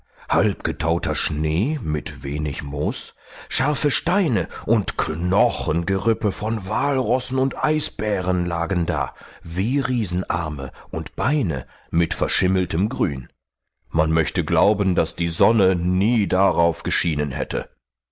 halbgetauter schnee mit wenig moos scharfe steine und knochengerippe von walrossen und eisbären lagen da wie riesenarme und beine mit verschimmeltem grün man möchte glauben daß die sonne nie darauf geschienen hätte